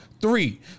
three